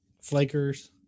flakers